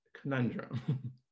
conundrum